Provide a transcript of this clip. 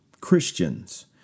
Christians